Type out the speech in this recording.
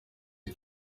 ati